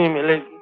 village